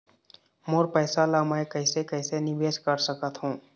मोर पैसा ला मैं कैसे कैसे निवेश कर सकत हो?